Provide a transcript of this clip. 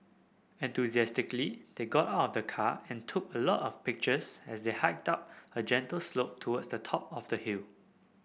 enthusiastically they got out of the car and took a lot of pictures as they hiked up a gentle slope towards the top of the hill